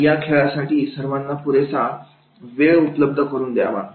आणि या खेळासाठी सर्वांना पुरेसा वेळ उपलब्ध करून द्यावा